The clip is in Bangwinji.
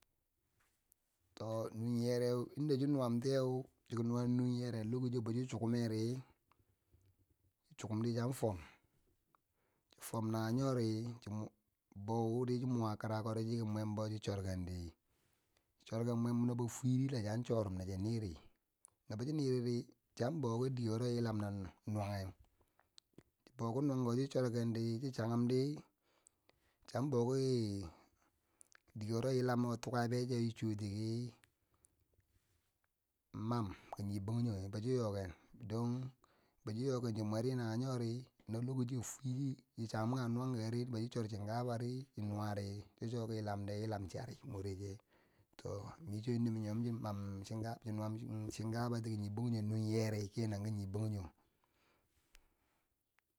To nu yereu yin da chi nuwan ti yeu chiki nuwa nun yereu lokaci yo chi chukummeri, chukumdi chiyam fwon, fwonm na wo nyori chi mwa kirakori chiki mwembo chi chorken chi chorken mwen nobo fwiri, yil chiyan chorom nachi niri, chi ya bokidi, chiyon bo ki dike wuro yilan na nuwange, chi bou ki nuwanko chi chorkendi chi chammdi, chiya bou ki dike wuro yilan na tukabeche chi chwuti ki mam ki nyi banjong bo chi yoken don bo chi yoken chi cheyom kange nuwn kori bou chi chor chin kabari chochuwo ki yilang de, yilan chari mwore che, to mi cho dike mi yomom chi man nuwa chin kabatiye, ki nyi bangong nuwe yere ki nyi bongjong.